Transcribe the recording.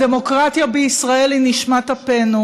הדמוקרטיה בישראל היא נשמת אפנו,